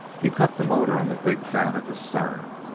he cut the motor on the big fan at the stern,